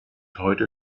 heute